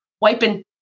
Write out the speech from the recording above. wiping